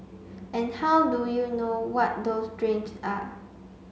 and how do you know what those dreams are